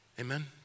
Amen